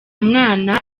mwana